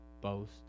boast